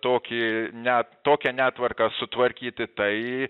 tokį net tokią netvarką sutvarkyti tai